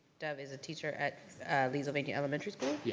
dove is a teacher at leesylvania elementary school,